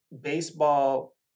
baseball